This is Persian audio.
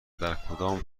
درکدام